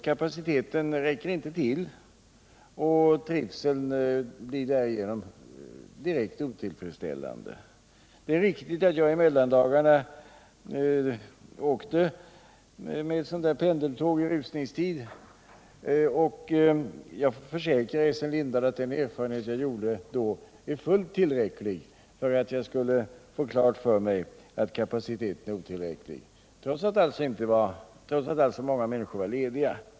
Kapaciteten räcker inte till, och trivseln blir därigenom direkt otillfredsställande. Det är riktigt att jag i mellandagarna åkte med ett pendeltåg i rusningstid. Jag försäkrar Essen Lindahlatt den erfarenhet jag då gjorde var fullt tillräcklig för att jag skulle få klart för mig att kapaciteten är otillräcklig, trots att många människor då var lediga.